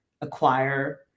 acquire